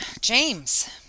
James